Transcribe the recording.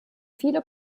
viele